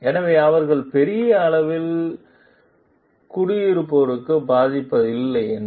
எனவே அவர்கள் பெரிய அளவில் குடியிருப்போருக்கு பாதிப்பில்லை என்று